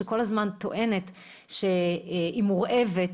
שכל הזמן טוענת שהיא מורעבת,